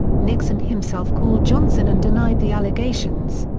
nixon himself called johnson and denied the allegations.